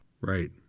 Right